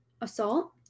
assault